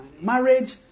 Marriage